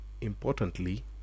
importantly